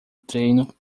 treino